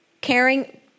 caring